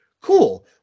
Cool